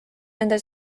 nende